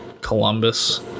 Columbus